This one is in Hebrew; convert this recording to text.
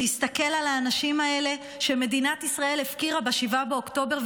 להסתכל על האנשים האלה שמדינת ישראל הפקירה ב-7 באוקטובר.